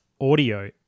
audio